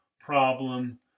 problem